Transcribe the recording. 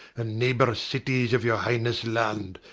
and neighbour cities of your highness' land,